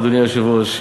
אדוני היושב-ראש,